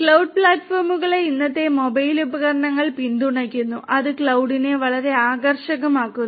cloud പ്ലാറ്റ്ഫോമുകളെ ഇന്നത്തെ mobile ഉപകരണങ്ങൾ പിന്തുണയ്ക്കുന്നു അത് ക്ലൌഡിനെ വളരെ ആകർഷകമാക്കുന്നു